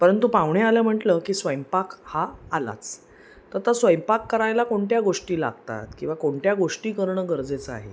परंतु पाहुणे आलं म्हटलं की स्वयंपाक हा आलाच तर तो स्वयंपाक करायला कोणत्या गोष्टी लागतात किंवा कोणत्या गोष्टी करणं गरजेचं आहे